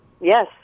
yes